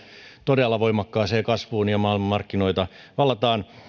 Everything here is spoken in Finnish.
todella voimakkaaseen kasvuun ja maailmanmarkkinoita vallataan